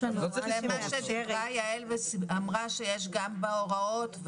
זה מה שדיברה עליו יעל סלנט ואמרה שיש גם בהוראות.